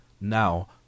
now